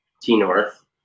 T-North